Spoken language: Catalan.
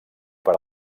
per